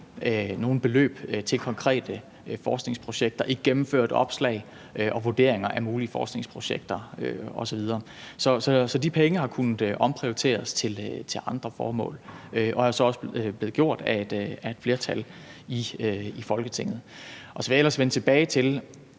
nogen beløb til konkrete forskningsprojekter – ikke gennemført opslag og vurderinger af mulige forskningsprojekter osv. Så de penge har kunnet omprioriteres til andre formål, og det er jo så også blevet gjort af et flertal i Folketinget. Så vil jeg vende tilbage til